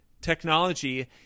technology